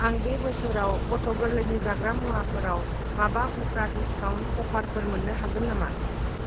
आं बे बोसोराव गथ' गोरलैनि जाग्रा मुवाफोराव माबा उफ्रा डिसकाउन्ट अफारफोर मोन्नो हागोन नामा